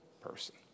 person